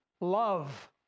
love